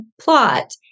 plot